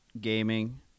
gaming